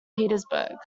petersburg